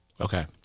Okay